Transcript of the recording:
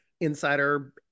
insider